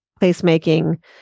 placemaking